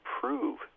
prove